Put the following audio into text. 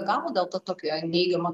gal dėl to tokio neigiamo